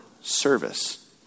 service